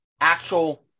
actual